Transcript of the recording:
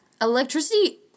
Electricity